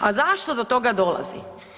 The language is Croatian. A zašto do toga dolazi?